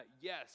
yes